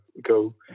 go